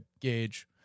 gauge